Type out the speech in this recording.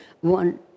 one